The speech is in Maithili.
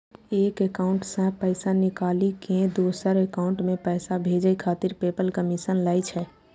एक एकाउंट सं पैसा निकालि कें दोसर एकाउंट मे पैसा भेजै खातिर पेपल कमीशन लै छै